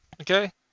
Okay